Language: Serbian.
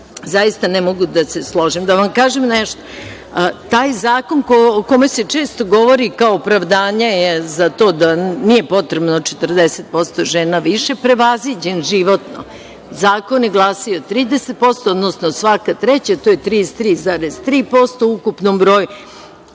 zaista ne mogu složiti. Da vam kažem nešto. Taj zakon o čemu se često govori kao opravdanje je za to da nije potrebno 40% žena više prevaziđen životno. Zakon je glasio 30%, odnosno svaka treća, to je 33,3% u ukupnom broju.